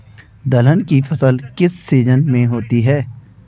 दलहन की फसल किस सीजन में होती है?